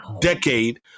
decade